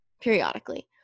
periodically